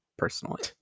personally